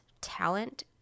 talent